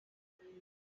dituena